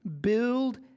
build